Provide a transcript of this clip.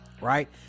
Right